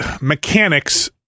mechanics